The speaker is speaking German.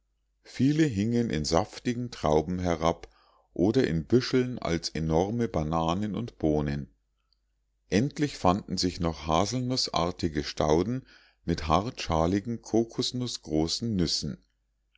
viele hingen in saftigen trauben herab oder in büscheln als enorme bananen und bohnen endlich fanden sich noch haselnußartige stauden mit hartschaligen kokosnußgroßen nüssen